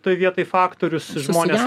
toj vietoj faktorius ir žmonės